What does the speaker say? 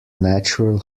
natural